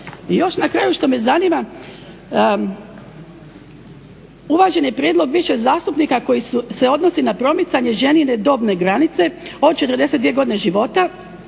I još na kraju što me zanima, uvažen je prijedlog više zastupnika koji se odnosi na promicanje ženine dobne granice od 42 godine života